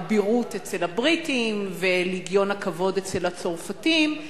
"אבירות" אצל הבריטים ו"לגיון הכבוד" אצל הצרפתים.